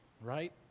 right